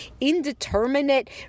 indeterminate